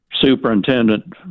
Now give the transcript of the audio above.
superintendent